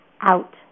out